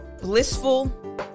blissful